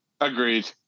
Agreed